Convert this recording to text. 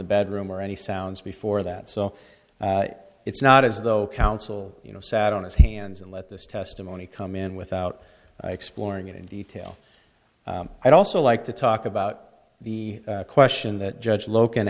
the bedroom or any sounds before that so it's not as though counsel you know sat on his hands and let this testimony come in without exploring it in detail i also like to talk about the question that judge lo